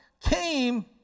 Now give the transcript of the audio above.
came